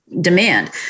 demand